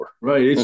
Right